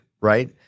right